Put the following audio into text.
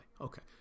Okay